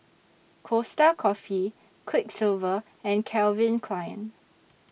Costa Coffee Quiksilver and Calvin Klein